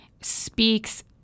speaks